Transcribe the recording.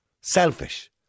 Selfish